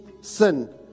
sin